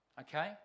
Okay